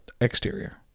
exterior